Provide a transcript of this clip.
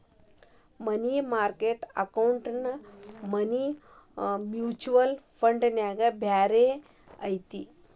ಮನಿ market account money mutual ಫಂಡ್ಗಿಂತ ಬ್ಯಾರೇನ ಐತಿ